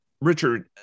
Richard